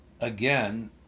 again